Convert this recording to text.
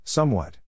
Somewhat